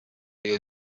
you